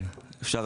כן, אפשר